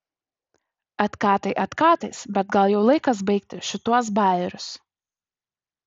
atkatai atkatais bet gal jau laikas baigti šituos bajerius